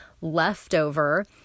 leftover